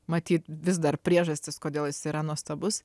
matyt vis dar priežastis kodėl jis yra nuostabus